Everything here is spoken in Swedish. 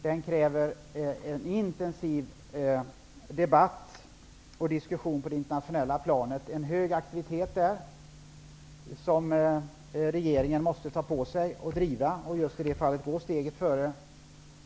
Den kräver en intensiv debatt och diskussion på det internationella planet och en hög aktivitet, något som regeringen måste ta på sig, driva och just i det fallet gå steget före.